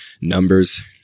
Numbers